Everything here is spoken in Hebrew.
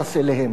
תודה רבה.